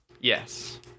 yes